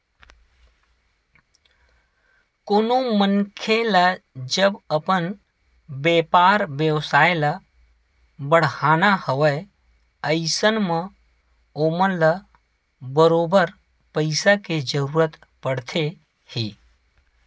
कोनो मनखे ल जब अपन बेपार बेवसाय ल बड़हाना हवय अइसन म ओमन ल बरोबर पइसा के जरुरत पड़थे ही